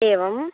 एवम्